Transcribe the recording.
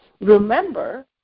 remember